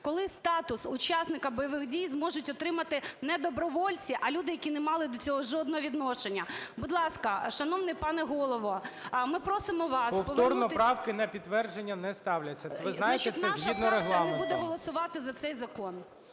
коли статус учасника бойових дій зможуть отримати не добровольці, а люди, які не мали до цього жодного відношення. Будь ласка, шановний пане Голово, ми просимо вас повернутися… ГОЛОВУЮЧИЙ. Повторно правки на підтвердження не ставляться, ви знаєте це, згідно Регламенту. ГЕРАЩЕНКО І.В. Значить, наша фракція не буде голосувати за цей закон.